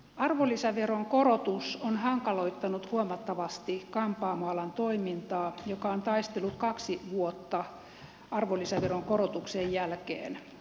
arvonlisäveron korotus on hankaloittanut huomattavasti kampaamoalan toimintaa joka on taistellut kaksi vuotta arvonlisäveron korotuksen jälkeen